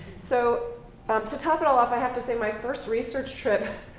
so um to top it all off, i have to say, my first research trip,